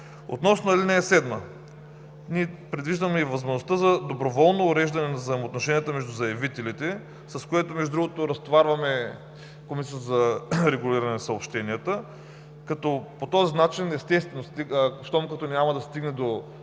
Относно ал. 7, ние предвиждаме възможността за доброволно уреждане на взаимоотношенията между заявителите, с което, между другото, разтоварваме Комисията за регулиране на съобщенията, като по този начин естествено, щом като няма да се стигне до